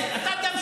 שיקלי, אל תתייחס.